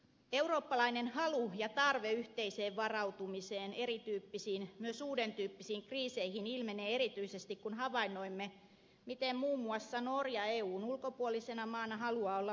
eurooppalainen halu ja tarve yhteiseen varautumiseen erityyppisiin myös uuden tyyppisiin kriiseihin ilmenee erityisesti kun havainnoimme miten muun muassa norja eun ulkopuolisena maana haluaa olla mukana